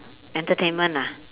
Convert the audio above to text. entertainment ah